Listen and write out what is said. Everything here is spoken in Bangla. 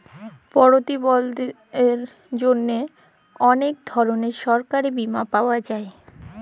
পরতিবলধীদের জ্যনহে অলেক ধরলের সরকারি বীমা পাওয়া যায়